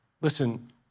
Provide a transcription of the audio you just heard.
Listen